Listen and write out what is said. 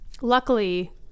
luckily